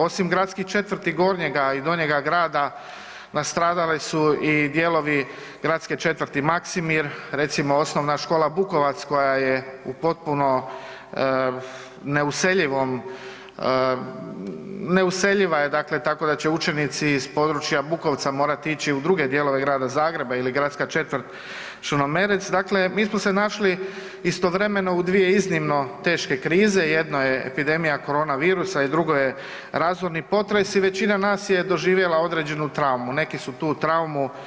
Osim gradskih četvrti Gornjega i Donjega grada, nastradale su i dijelovi gradske četvrti Maksimir, recimo OS Bukovac, koja je u potpuno neuseljivom, neuseljiva je, dakle tako da će učenici iz područja Bukovca morat ići u druge dijelove grada Zagreba ili gradska četvrt Črnomerec, dakle mi smo se našli istovremeno u dvije iznimno teške krize, jedna je epidemija korona virusa i drugo je razorni potres i većina nas je doživjela određenu traumu, neki su tu traumu.